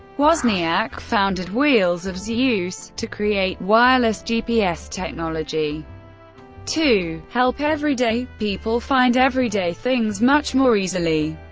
wozniak founded wheels of zeus, to create wireless gps technology to help everyday people find everyday things much more easily.